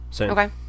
Okay